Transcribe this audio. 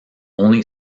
only